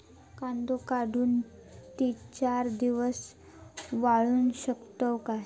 कांदो काढुन ती चार दिवस वाळऊ शकतव काय?